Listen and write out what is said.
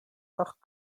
acht